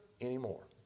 anymore